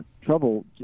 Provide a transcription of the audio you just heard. trouble